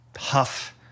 huff